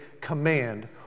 command